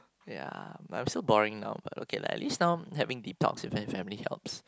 ya but I'm still boring now but okay lah at least now having deep talks with my family helps